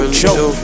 joke